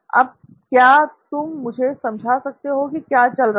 अब क्या तुम मुझे समझा सकते हो कि क्या चल रहा है